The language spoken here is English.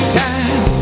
time